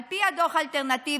על פי הדוח האלטרנטיבי,